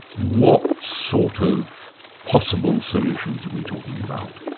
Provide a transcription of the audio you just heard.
what sort of possible solutions are we talking about?